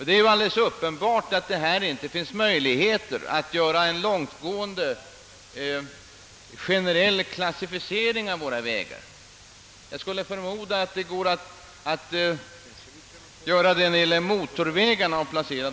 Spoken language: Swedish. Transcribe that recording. Det är ju alldeles uppenbart att det här inte finns möjlighet att göra en långtgående generell klassificering av våra vägar. Jag skulle förmoda att det går att placera motorvägarna i en klass.